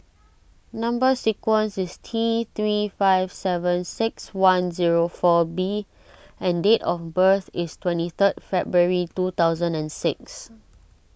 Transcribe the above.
Number Sequence is T three five seven six one zero four B and date of birth is twenty third February two thousand and six